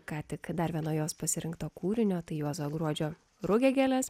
ką tik dar vieno jos pasirinkto kūrinio tai juozo gruodžio rugiagėles